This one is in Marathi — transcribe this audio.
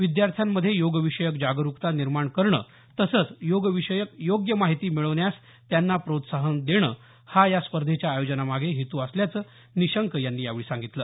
विद्यार्थ्यांमध्ये योगविषयक जागरुकता निर्माण करणं तसंच योगविषयक योग्य माहिती मिळवण्यास त्यांना प्रोत्साहन देणं हा या स्पर्धेच्या आयोजनामागे हेतू असल्याचं निशंक यांनी यावेळी सांगितलं